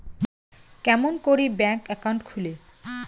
কেমন করি bank account খুলে?